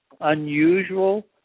unusual